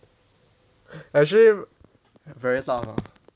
actually very tough ah